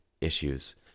issues